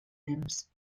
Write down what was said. temps